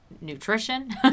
nutrition